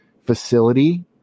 facility